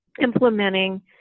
implementing